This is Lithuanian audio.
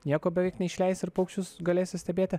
nieko beveik neišleisi ir paukščius galėsi stebėti